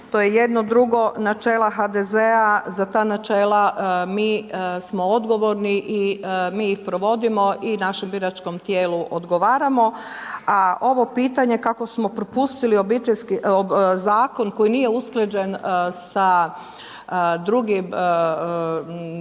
to je jedno. Drugo načela HDZ-a za ta načela mi smo odgovorni i mi ih provodimo i našem biračkom tijelu odgovaramo, a ovo pitanje kako smo propustili obiteljski, zakon koji nije usklađen sa drugim